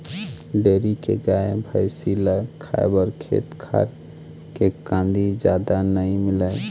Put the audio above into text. dairy के गाय, भइसी ल खाए बर खेत खार के कांदी जादा नइ मिलय